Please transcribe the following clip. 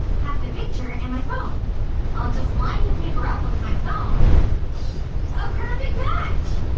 have the picture and my phone i'll just line the paper up with my phone a perfect match!